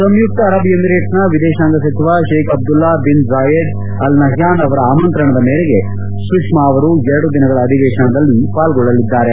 ಸಂಯುಕ್ತ Arab ಎಮಿರೇಟ್ಸ್ನ ವಿದೇಶಾಂಗ ಸಚಿವ Sheikh Abdullah bin Zayed Al ನಹ್ಲಾನ್ ಅವರ ಆಮಂತ್ರಣದ ಮೇರೆಗೆ ಸುಷ್ನಾ ಅವರು ಎರಡು ದಿನಗಳ ಅಧಿವೇಶನದಲ್ಲಿ ಪಾಲ್ಗೊಳ್ಳಲಿದ್ದಾರೆ